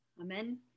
Amen